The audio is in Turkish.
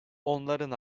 onların